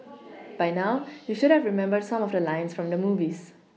by now you should have remembered some of the lines from the movies